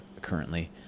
currently